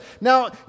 Now